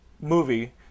movie